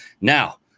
Now